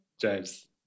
James